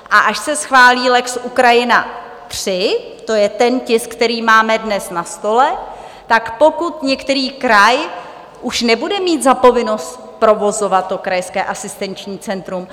A až se schválí lex Ukrajina III, to je ten tisk, který máme dnes na stole, tak pokud některý kraj už nebude mít za povinnost provozovat to krajské asistenční centrum.